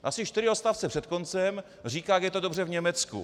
Asi čtyři odstavce před koncem říká, jak je to dobře v Německu.